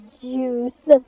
juice